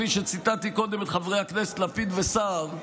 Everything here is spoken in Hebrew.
כפי שציטטתי קודם את חברי הכנסת לפיד וסער,